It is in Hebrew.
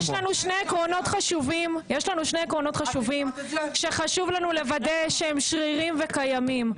יש לנו שני עקרונות חשובים שחשוב לנו לוודא שהם שריריים וקיימים.